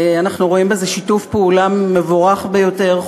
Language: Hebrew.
אנחנו רואים בזה שיתוף פעולה מבורך ביותר,